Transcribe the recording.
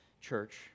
church